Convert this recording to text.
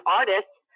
artists